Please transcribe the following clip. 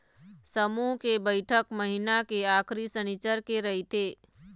समूह के बइठक महिना के आखरी सनिच्चर के रहिथे